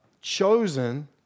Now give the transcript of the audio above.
chosen